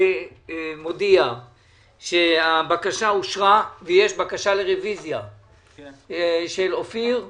אני מודיע שהבקשה אושרה ויש בקשה לרביזיה של אופיר -- כן,